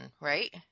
right